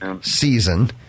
season